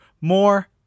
more